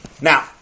Now